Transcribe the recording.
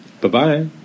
Bye-bye